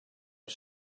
mae